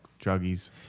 druggies